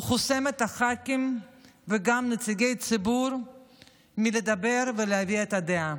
הוא חוסם את הח"כים וגם נציגי ציבור מלדבר ולהביע דעה.